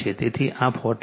તેથી આ 40 છે